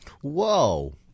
Whoa